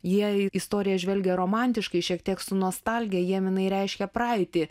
jie į istoriją žvelgia romantiškai šiek tiek su nostalgija jiem jinai reiškia praeitį